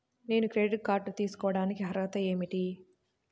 నేను credit card తీయడానికి అర్హత ఏమిటి?